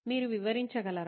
మీరు వివరంచగలరా